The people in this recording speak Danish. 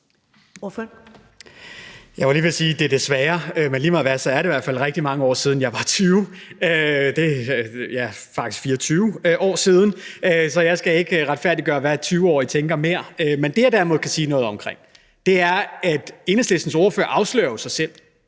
Jeg var lige ved at sige desværre, men lige meget hvad er det altså rigtig mange år siden, jeg var 20 år. Det er faktisk 24 år siden, så jeg skal ikke længere kunne sige, hvad en 20-årig tænker. Men det, jeg derimod kan sige noget om, er, at Enhedslistens ordfører jo afslører sig selv.